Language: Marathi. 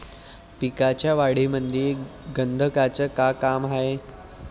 पिकाच्या वाढीमंदी गंधकाचं का काम हाये?